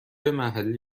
محلی